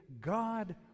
God